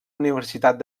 universitat